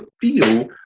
feel